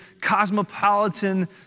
cosmopolitan